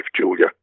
Julia